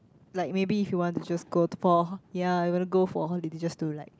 like maybe he want just go to for ya he wanna go for holiday just to like